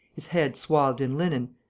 his head swathed in linen,